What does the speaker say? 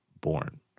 born